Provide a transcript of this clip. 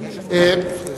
אני מסכים.